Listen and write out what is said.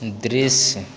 दृश्य